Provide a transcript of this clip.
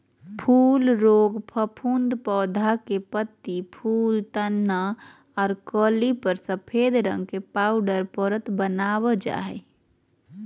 फूल रोग फफूंद पौधा के पत्ती, फूल, तना आर कली पर सफेद रंग के पाउडर परत वन जा हई